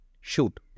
shoot